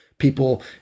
people